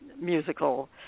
musical